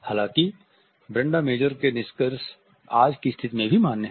हालाँकि Brenda Major के निष्कर्ष आज की स्थिति में भी मान्य हैं